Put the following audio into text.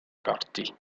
parti